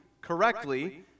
correctly